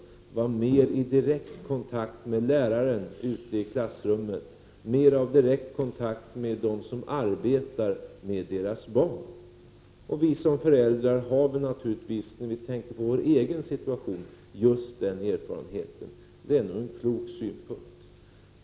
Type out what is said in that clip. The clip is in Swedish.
De ville ha mer av direkt kontakt med läraren i klassrummet, mer av direkt kontakt med dem som arbetar med deras barn. Och vi som föräldrar har väl just den erfarenheten, när vi tänker på vår egen situation. Det är nog en klok synpunkt.